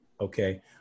Okay